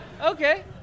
Okay